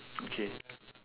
okay